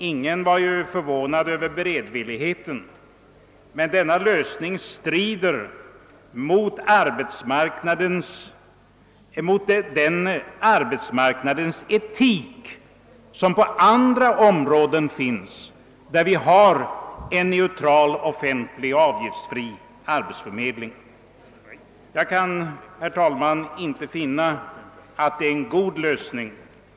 Ingen var förvånad över den beredvilligheten. Men denna lösning strider nu mot etiken på arbetsmarknaden, där man när det gäller alla andra områden har en offentlig, neutral, avgiftsfri arbetsförmedling. Jag kan därför inte, herr talman, finna att detta är en god lösning.